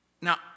Now